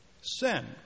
Sin